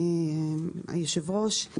היושב-ראש,